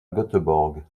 göteborg